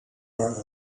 are